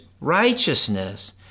righteousness